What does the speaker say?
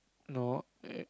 no eh